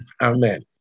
Amen